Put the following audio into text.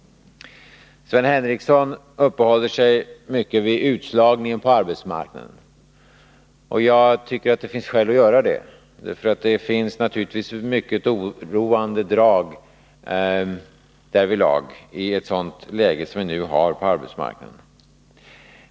Sven Henricsson uppehåller sig mycket vid utslagningen på arbetsmarknaden. Jag tycker att det finns skäl att göra det. Det finns naturligtvis mycket oroande drag därvidlag, i ett sådant läge som vi nu har på arbetsmarknaden.